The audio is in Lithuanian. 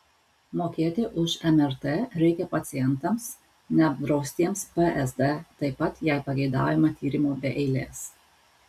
mokėti už mrt reikia pacientams neapdraustiems psd taip pat jei pageidaujama tyrimo be eilės